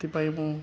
ସେଥିପାଇଁ ମୁଁ